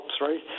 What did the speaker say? right